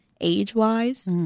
age-wise